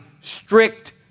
strict